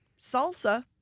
Salsa